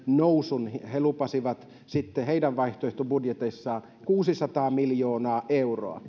nousun he he lupasivat heidän vaihtoehtobudjeteissaan kuusisataa miljoonaa euroa